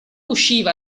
usciva